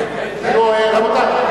לא, לא.